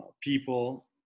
people